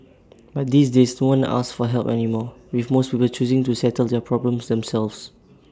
but these days no one asks for help anymore with most people choosing to settle their problems themselves